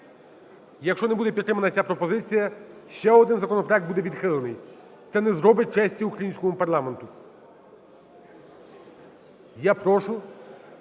Якщо не буде підтримана ця пропозиція, ще один законопроект буде відхилений, це не зробить честі українському парламенту. Я прошу